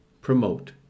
promote